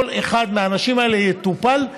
כל אחד מהאנשים האלה יטופל,